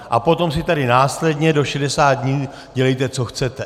A potom si tady následně do 60 dní dělejte, co chcete.